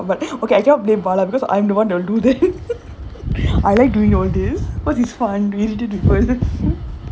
ya lah but I think I will do that lah but okay I cannot blame bala because I'm the [one] that will do that I like doing all this because is fun to irritate people